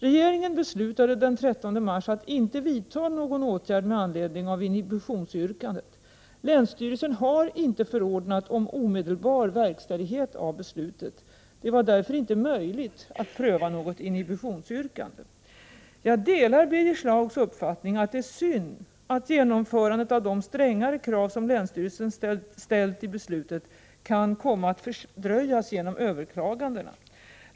Regeringen beslutade den 30 mars att inte vidta någon åtgärd med anledning av inhibitionsyrkandena. Länsstyrelsen har inte förordnat om omedelbar verkställighet av beslutet. Det var därför inte möjligt att pröva något inhibitionsyrkande. Jag delar Birger Schlaugs uppfattning att det är synd att genomförandet av de strängare krav som länsstyrelsen ställt i beslutet kan komma att fördröjas genom överklagandena.